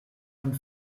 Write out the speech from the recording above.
von